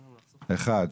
אחד.